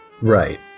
Right